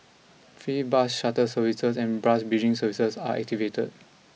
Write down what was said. free bus shutter services and bras bridging services are activated